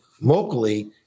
locally